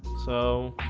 so